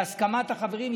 בהסכמת החברים,